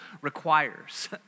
requires